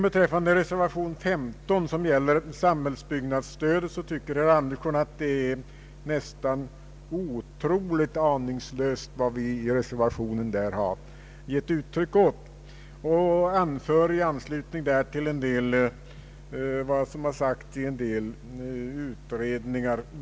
Beträffande reservationen 15, som gäller samhällsbyggnadsstödet, anser herr Andersson det nästan otroligt aningslöst vad vi där gett uttryck åt, och han anför i anslutning därtill vad som har sagts i en del utredningar.